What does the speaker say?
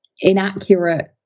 inaccurate